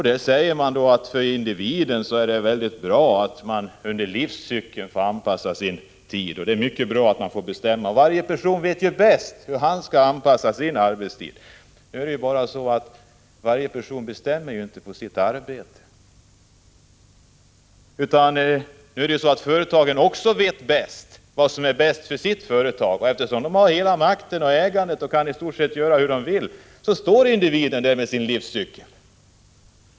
Man säger att det för individen är väldigt bra att under livscykeln få anpassa sin arbetstid, att det är mycket bra att man själv får bestämma — varje person vet ju bäst hur han skall anpassa sin arbetstid. Men i verkligheten är det så här: Varje person bestämmer inte på sitt arbete. Företaget vet bäst vad som är bäst för företaget. Eftersom arbetsgivarna har hela makten och ägandet och i stort sett kan göra hur de vill, så står individen där med sin livscykel.